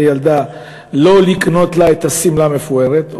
ילדה ולא לקנות לה את השמלה המפוארת,